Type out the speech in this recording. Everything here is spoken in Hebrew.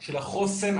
של החוסן,